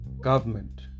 government